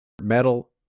Metal